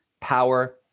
power